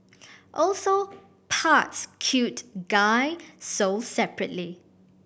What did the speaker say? also parts cute guy sold separately